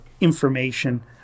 information